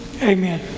amen